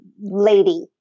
lady